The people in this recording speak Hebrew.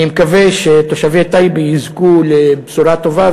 אני מקווה שתושבי טייבה יזכו לבשורה טובה,